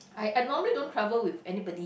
I I normally don't travel with anybody